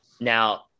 Now